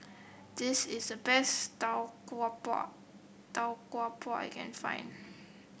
this is the best Tau Kwa Pau Tau Kwa Pau I can find